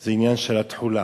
זה העניין של התחולה.